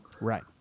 Right